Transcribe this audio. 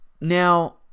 Now